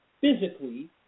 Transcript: physically